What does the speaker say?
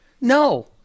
No